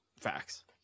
facts